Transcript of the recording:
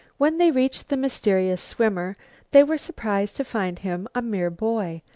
when they reached the mysterious swimmer they were surprised to find him a mere boy,